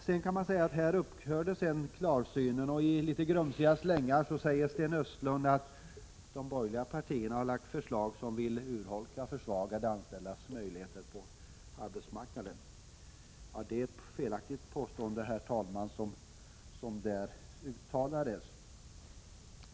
Men sedan upphörde klarsynen, och i litet grumsiga slängar sade Sten Östlund att de borgerliga partierna har framlagt förslag som vill urholka och försvaga de anställdas möjligheter på arbetsmarknaden. Det är, herr talman, ett felaktigt påstående.